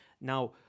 Now